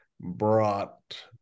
brought